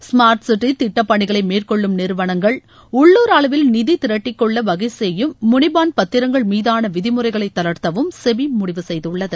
smart city திட்ட பணிகளை மேற்கொள்ளும் நிறுவனங்கள் உள்ளுர் அளவில் நிதி திரட்டிக்கொள் வகை செய்யும் முனிபாண்ட் பத்திரங்கள் மீதான விதிமுறைகளை தளர்த்தவும் செபி முடிவெடுத்துள்ளது